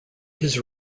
his